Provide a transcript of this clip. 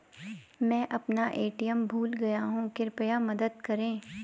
मैं अपना ए.टी.एम भूल गया हूँ, कृपया मदद करें